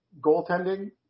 goaltending